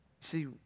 See